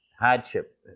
hardship